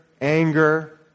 anger